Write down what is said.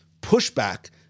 pushback